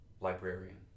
librarian